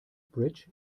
bridge